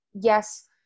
yes